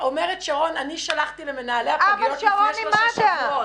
אומרת שרון היא שלחה למנהלי הפגיות מכתב לפני שלושה שבועות.